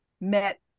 met